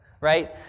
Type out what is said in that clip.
right